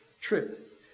trip